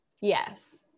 Yes